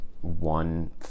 one